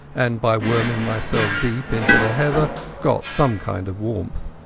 and by worming myself deep into the heather got some kind of warmth.